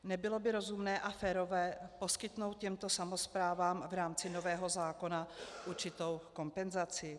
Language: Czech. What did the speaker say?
Nebylo by rozumné a férové poskytnout těmto samosprávám v rámci nového zákona určitou kompenzaci?